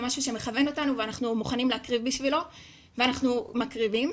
זה משהו שמכוון אותנו ואנחנו מוכנים להקריב בשבילו ואנחנו מקריבים.